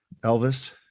Elvis